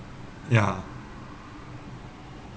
ya